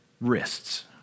wrists